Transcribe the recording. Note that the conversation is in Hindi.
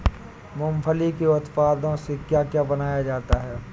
मूंगफली के उत्पादों से क्या क्या बनाया जाता है?